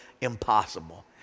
impossible